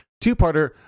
two-parter